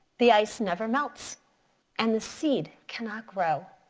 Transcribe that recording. the ice never melts and the seed cannot grow.